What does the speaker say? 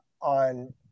on